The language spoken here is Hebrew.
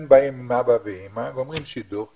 הם באים עם אבא ואימא ואומרים שידוך,